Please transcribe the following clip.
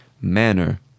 Manner